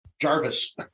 Jarvis